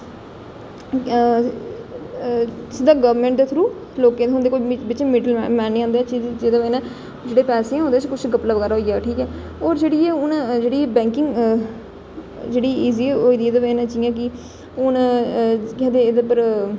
सिद्धा गौरमेंट दे थ्रू लोकें ई थ्होंदे बिच मिडिल मैन निं होंदे जेह्दी बजह् कन्नै जेह्ड़े पैसे न ओह्दे च किश गपला बगैरा होई जा ठीक ऐ होर जेह्ड़ी ऐ हून जेह्ड़ी बैंकिंग जेह्ड़ी इजी होई दी ते एह्दी बजह कन्नै जि'यां कि हून केह् आखदे एह्दे उप्पर